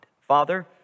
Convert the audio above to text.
Father